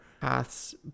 paths